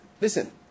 Listen